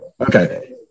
Okay